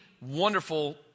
wonderful